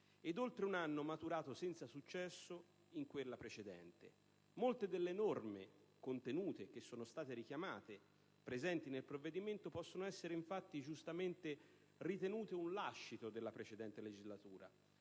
e oltre un anno, maturato senza successo, in quella precedente. Molte delle norme - che sono state richiamate - presenti nel provvedimento possono infatti essere giustamente ritenute un lascito della precedente legislatura,